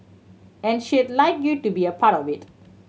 and she'd like you to be a part of it